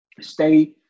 Stay